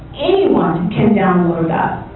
anyone can download